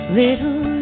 little